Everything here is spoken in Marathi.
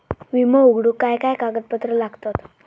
विमो उघडूक काय काय कागदपत्र लागतत?